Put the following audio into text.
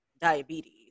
diabetes